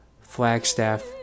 Flagstaff